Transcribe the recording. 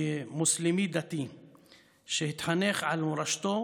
וכמוסלמי דתי שהתחנך על מורשתו